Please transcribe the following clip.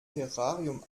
terrarium